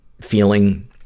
feeling